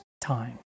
time